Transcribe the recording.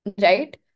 right